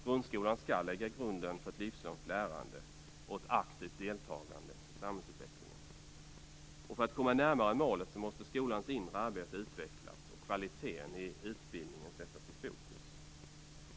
Grundskolan skall lägga grunden för ett livslångt lärande och ett aktivt deltagande i samhällsutvecklingen. För att komma närmare målet måste skolans inre arbete utvecklas och kvaliteten i utbildningen sättas i fokus.